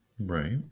Right